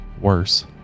worse